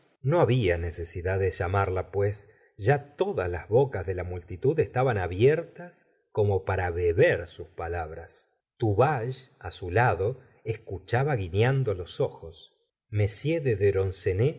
no había necesidad de llamarla pues ya todas las bocas de la multitud estaban abiertas como para beber sus palabras tuvache á su lado escuchaba guiñando los ojos m de